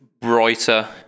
brighter